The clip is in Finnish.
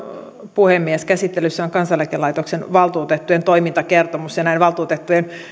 puhemies käsittelyssä on kansaneläkelaitoksen valtuutettujen toimintakertomus ja näin valtuutettujen